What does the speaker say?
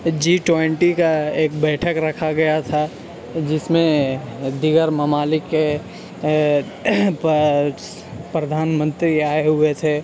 جی twenty کا ایک بیٹھک رکھا گیا تھا جس میں دیگر ممالک کے پردھان منتری آئے ہوے تھے